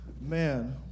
Man